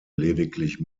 lediglich